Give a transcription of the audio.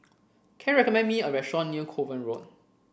can you recommend me a restaurant near Kovan Road